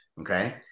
Okay